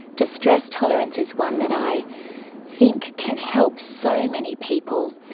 distress tolerance is one that i think can help so many people,